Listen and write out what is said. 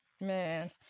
man